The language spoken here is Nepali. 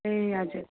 ए हजुर